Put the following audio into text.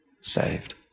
saved